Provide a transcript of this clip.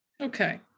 Okay